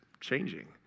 changing